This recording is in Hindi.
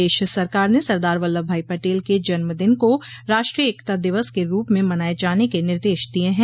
प्रदेश सरकार ने सरदार वल्लभ भाई पटेल के जन्म दिन को राष्ट्रीय एकता दिवस के रूप में मनाये जाने के निर्देश दिये हैं